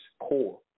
core